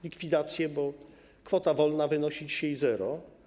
Likwidację, bo kwota wolna wynosi dzisiaj 0.